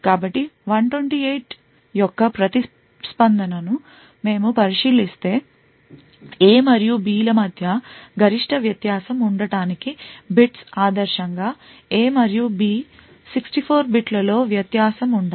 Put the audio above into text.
కాబట్టి 128 యొక్క ప్రతి ప్రతిస్పందనను మేము పరిశీలిస్తే A మరియు B ల మధ్య గరిష్ట వ్యత్యాసం ఉండటానికి bits ఆదర్శంగా A మరియు B 64 bitల లో వేత్యాసం ఉండాలి